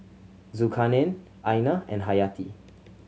Zulkarnain Aina and Hayati